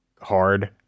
hard